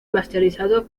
masterizado